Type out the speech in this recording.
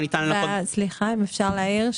אם אפשר להעיר.